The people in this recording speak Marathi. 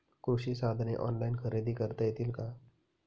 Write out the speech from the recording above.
कृषी साधने ऑनलाइन खरेदी करता येतील का?